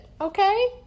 okay